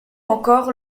encore